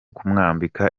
kumwambika